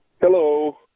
Hello